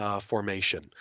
Formation